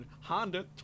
Honda